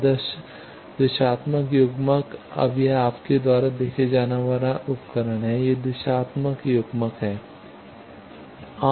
आदर्श दिशात्मक युग्मक अब यह आपके द्वारा देखा जाने वाला उपकरण है यह दिशात्मक युग्मक है